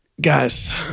Guys